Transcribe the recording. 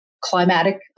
climatic